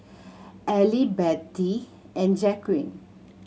Ally Bettie and Jacquelin